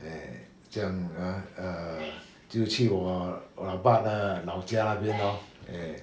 eh 这样 ah err 就去我我老爸的老家那边 lor eh